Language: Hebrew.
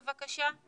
בבקשה,